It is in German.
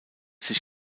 sich